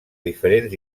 diferents